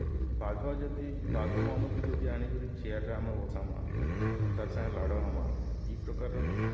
ବାଘ ଯଦି ବାଘ ମାମୁଁକେ ଯଦି ଆଣିକରି ଚେଆର୍ରେ ଆମେ ବସାମା ଆର୍ ତାର୍ ସାଙ୍ଗେ ଲାଡ଼ ହେମା ଇ ପ୍ରକାର୍ର